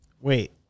Wait